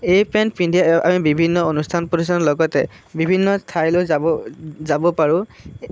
এই পেণ্ট পিন্ধি আমি বিভিন্ন অনুষ্ঠান প্ৰতিষ্ঠানৰ লগতে বিভিন্ন ঠাইলৈ যাব যাব পাৰোঁ